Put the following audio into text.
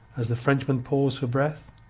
as the frenchman paused for breath.